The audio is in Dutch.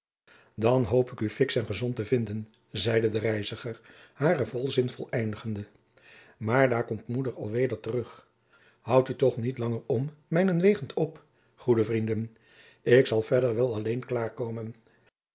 dan hoop ik u fiksch en gezond te vinden zeide de reiziger haren volzin voleindigende maar daar komt moeder al weder terug houdt u toch nu niet langer om mijnentwege op goede vrienden ik zal verder wel alleen